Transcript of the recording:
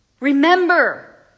Remember